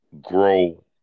grow